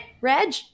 reg